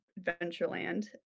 Adventureland